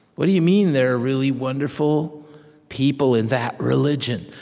what do you mean, there are really wonderful people in that religion?